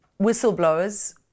whistleblowers